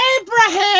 Abraham